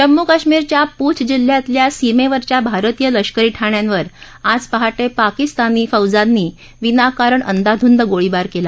जम्मू कश्मीरच्या पूंछ जिल्ह्यातल्या सीमध्विच्या भारतीय लष्करी ठाण्यांवर आज पहाटप्रिकिस्तानी फौजांनी अंदाधुंद गोळीबार कला